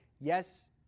yes